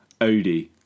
Odie